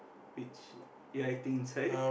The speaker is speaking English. which you are acting inside